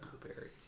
blueberries